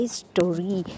story